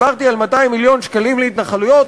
דיברתי על 200 מיליון שקלים להתנחלויות,